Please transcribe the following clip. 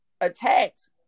attacks